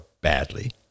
badly